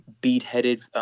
bead-headed